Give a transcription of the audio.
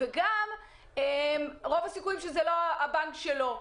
וגם רוב הסיכויים שזה לא הבנק שלו.